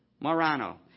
Morano